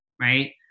right